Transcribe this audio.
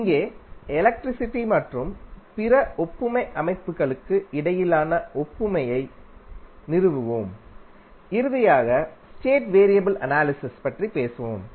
இங்கே எலக்ட்ரிசிட்டி மற்றும் பிற ஒப்புமை அமைப்புகளுக்கு இடையிலான ஒப்புமையை நிறுவுவோம் இறுதியாக ஸ்டேட் வேரியபிள் அனாலிஸிஸ் பற்றி பேசுவோம்